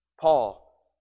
Paul